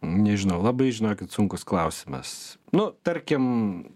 nežinau labai žinokit sunkus klausimas nu tarkim